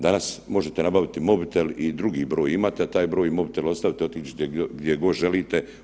Danas možete nabaviti mobitel i drugi broj imate, a taj broj mobitela ostaviti gdje god želite.